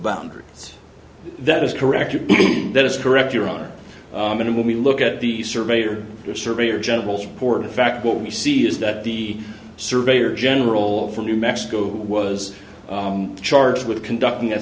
boundaries that is correct that is correct your honor and when we look at the survey or your survey or general support of fact what we see is that the surveyor general from new mexico who was charged with conducting a